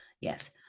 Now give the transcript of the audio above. yes